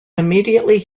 immediately